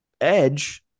Edge